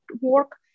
work